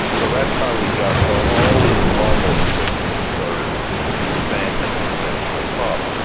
so that's how we got all these bubbles that that started expanding and eventually popped.